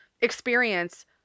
experience